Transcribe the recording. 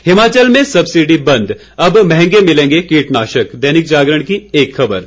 हिमाचल में सबसीडी बंद अब महंगे मिलेंगे कीटनाशक दैनिक जागरण की एक खबर है